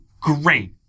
great